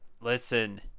listen